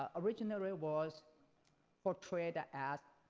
ah originally was portrayed ah as